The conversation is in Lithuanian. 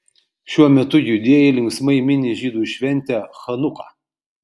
šiuo metu judėjai linksmai mini žydų šventę chanuką